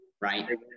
right